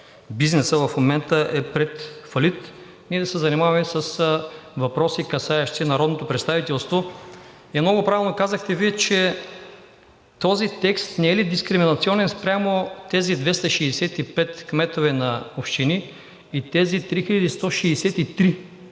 бизнесът в момента е пред фалит, ние да се занимаваме с въпроси, касаещи народното представителство. Много правилно казахте Вие, че този текст не е ли дискриминационен спрямо тези 265 кметове на общини и тези 3163 кметове